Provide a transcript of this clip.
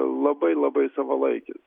labai labai savalaikis